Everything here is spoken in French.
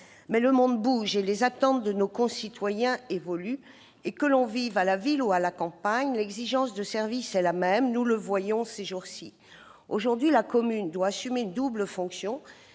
Mais le monde bouge, les attentes de nos concitoyens évoluent et, que l'on vive à la ville ou à la campagne, l'exigence de services est la même, comme nous le voyons fortement ces jours-ci. Aujourd'hui, la commune doit assumer une double fonction,